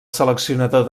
seleccionador